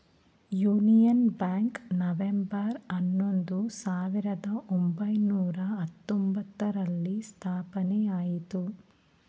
union bank November ಹನ್ನೊಂದು, ಸಾವಿರದ ಒಂಬೈನೂರ ಹತ್ತೊಂಬ್ತರಲ್ಲಿ ಸ್ಥಾಪನೆಯಾಯಿತು